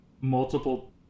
multiple